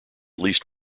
least